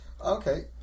Okay